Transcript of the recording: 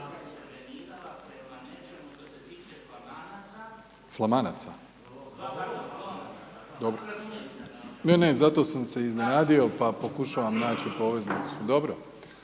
Flamanaca? Ne, ne, zato sam se iznenadio, pa pokušavam naći poveznicu, dobro.